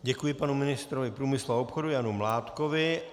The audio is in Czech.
Děkuji panu ministrovi průmyslu a obchodu Janu Mládkovi.